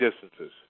distances